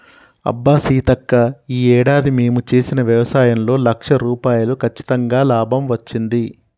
అబ్బా సీతక్క ఈ ఏడాది మేము చేసిన వ్యవసాయంలో లక్ష రూపాయలు కచ్చితంగా లాభం వచ్చింది